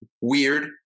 weird